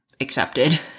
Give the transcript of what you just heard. accepted